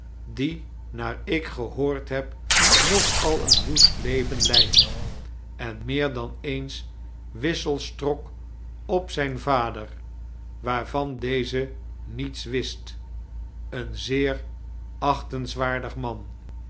die naar ik gehoord heb nogal een woest teven leidt en meer dan eens wissels trok op zijn vader waarvan deze niets wist een zeer achtenswaardig man